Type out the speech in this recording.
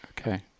Okay